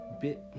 bit